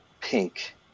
pink